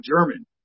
German